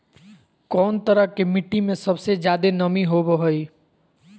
कौन तरह के मिट्टी में सबसे जादे नमी होबो हइ?